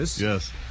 Yes